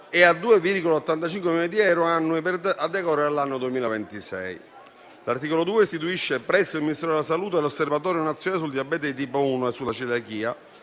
e a 2,85 milioni di euro annui a decorrere dall'anno 2026. L'articolo 2 istituisce presso il Ministero della salute l'osservatorio nazionale sul diabete di tipo 1 e sulla celiachia,